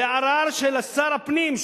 וערר של שר הפנים,